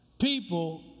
people